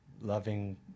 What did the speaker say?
loving